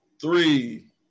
three